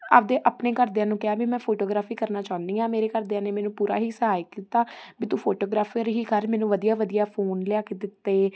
ਆਪਦੇ ਆਪਣੇ ਘਰਦਿਆਂ ਨੂੰ ਕਿਹਾ ਵੀ ਮੈਂ ਫੋਟੋਗ੍ਰਾਫੀ ਕਰਨਾ ਚਾਹੁੰਦੀ ਹਾਂ ਮੇਰੇ ਘਰਦਿਆਂ ਨੇ ਮੈਨੂੰ ਪੂਰਾ ਹੀ ਸਹਾਈ ਕੀਤਾ ਵੀ ਤੂੰ ਫੋਟੋਗ੍ਰਾਫਰ ਹੀ ਕਰ ਮੈਨੂੰ ਵਧੀਆ ਵਧੀਆ ਫੋਨ ਲਿਆ ਕੇ ਦਿੱਤੇ